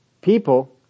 People